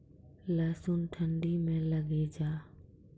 लहसुन ठंडी मे लगे जा?